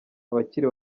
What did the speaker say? abakiri